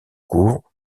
cours